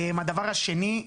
הדבר השני,